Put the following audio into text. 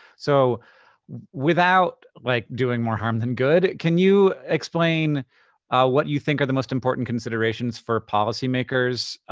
so without, like, doing more harm than good, can you explain what you think are the most important considerations for policymakers?